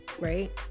right